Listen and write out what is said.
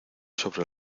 sobre